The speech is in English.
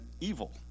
evil